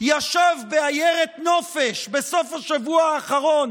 ישב בעיירת נופש בסוף השבוע האחרון